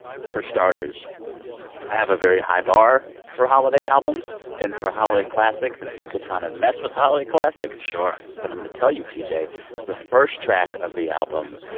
for starters, i have a very high bar for holiday albums and for holiday classics and people trying to mess with holiday classics sure but i'm going to tell you, pj, the first track of the album,